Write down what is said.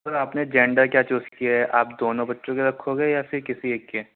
سر آپ نے جنڈر کیا چوز کیا ہے آپ دونوں بچوں کے رکھو گے یا پھر کسی ایک کے